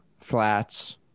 flats